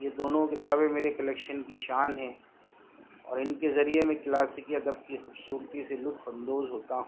یہ دونوں کتابیں میرے کلیکشن کی شان ہیں اور ان کے ذریعے میں کلاسیکی ادب کی خوبصورتی سے لطف اندوز ہوتا ہوں